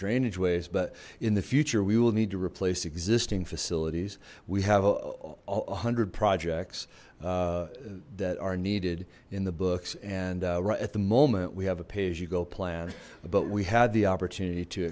drainage ways but in the future we will need to replace existing facilities we have a hundred projects that are needed in the books and right at the moment we have a pay as you go plan but we had the opportunity to